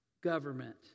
government